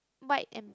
white and blue